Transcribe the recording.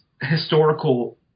historical